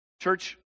Church